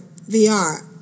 VR